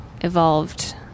evolved